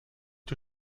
die